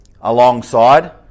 alongside